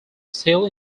still